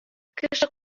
кеше